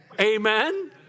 Amen